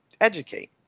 Educate